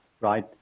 right